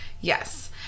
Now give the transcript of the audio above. Yes